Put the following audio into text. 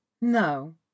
No